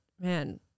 man